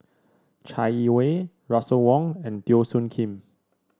Chai Yee Wei Russel Wong and Teo Soon Kim